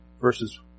Verses